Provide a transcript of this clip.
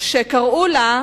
שקראו לה: